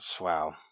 wow